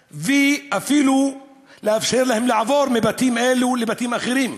ואפילו לאפשר להם לעבור מבתים אלו לבתים אחרים.